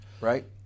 right